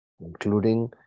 including